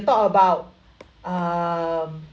talk about um